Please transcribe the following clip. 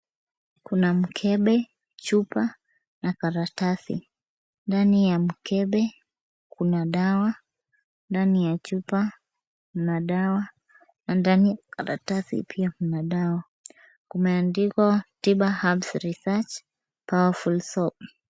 Kuna mkebe, chupa na karatasi. Ndani ya mkebe kuna dawa, ndani ya chupa kuna dawa na ndani ya karatasi pia kuna dawa. Kumeandikwa Tiba Herbs research powerful soap.